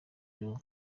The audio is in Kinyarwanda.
cyo